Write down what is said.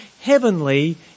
heavenly